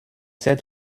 sept